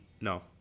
No